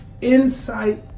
Insight